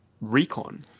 recon